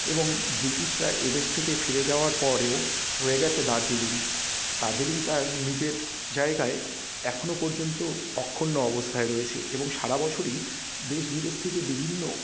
এবং ব্রিটিশরা এদেশ থেকে ফিরে যাওয়ার পরেও রয়ে গেছে দার্জিলিং দার্জিলিং তার নিজের জায়গায় এখনো পর্যন্ত অক্ষুণ্ণ অবস্থায় রয়েছে এবং সারা বছরই দেশ বিদেশ থেকে বিভিন্ন